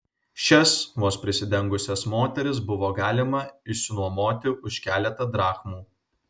šias vos prisidengusias moteris buvo galima išsinuomoti už keletą drachmų